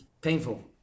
painful